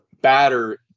batter